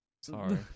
Sorry